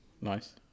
Nice